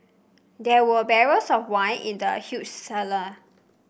there were barrels of wine in the huge cellar